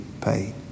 paid